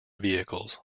vehicles